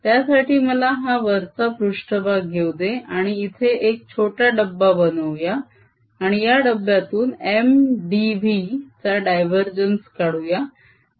त्यासाठी मला हा वरचा पृष्ट्भाग घेऊ दे आणि इथे एक छोटा डब्बा बनवू या आणि या डब्ब्यातून Mdv चा डायवरजेन्स काढूया